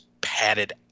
padded